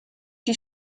die